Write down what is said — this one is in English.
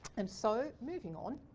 and so moving on,